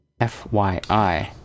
fyi